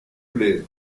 plaire